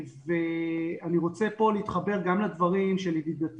ואני רוצה פה להתחבר גם לדברים של ידידתי